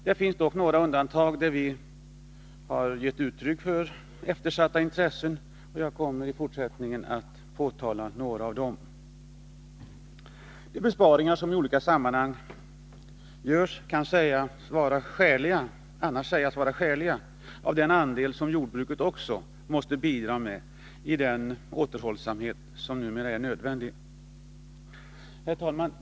Det finns dock några undantag, där vi har tagit upp eftersatta intressen, och jag kommer i fortsättningen att behandla några av dem. De besparingar som i olika sammanhang görs kan annars sägas vara den skäliga andel som jordbruket också måste bidra med i den återhållsamhet som numera är nödvändig. Herr talman!